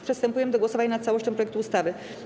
Przystępujemy do głosowania nad całością projektu ustawy.